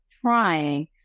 trying